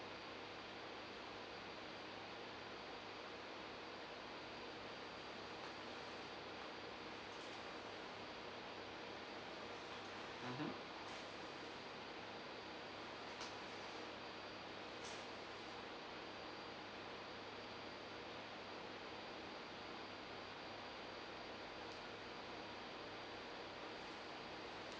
mmhmm